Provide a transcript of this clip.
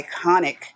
iconic